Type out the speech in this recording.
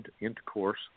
intercourse